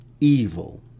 evil